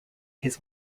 his